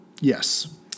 Yes